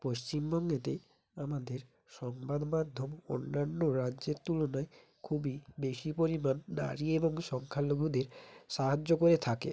পশ্চিবঙ্গেতে আমাদের সংবাদ মাধ্যম অন্যান্য রাজ্যের তুলনায় খুবই বেশি পরিমাণ নারী এবং সংখ্যালঘুদের সাহায্য করে থাকে